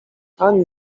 ani